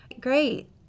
Great